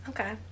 Okay